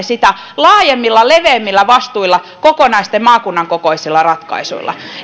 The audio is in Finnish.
sitä laajemmilla leveämmillä vastuilla kokonaisten maakuntien kokoisilla ratkaisuilla